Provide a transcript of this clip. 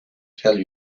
tell